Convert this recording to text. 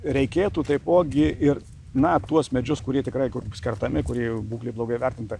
reikėtų taipogi ir na tuos medžius kurie tikrai kur bus kertami kurie jau būklė blogai įvertinta